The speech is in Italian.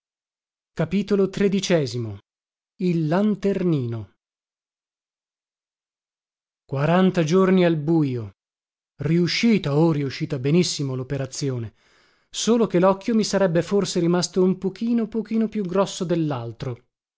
a il lanternino quaranta giorni al bujo riuscita oh riuscita benissimo loperazione solo che locchio mi sarebbe forse rimasto un pochino pochino più grosso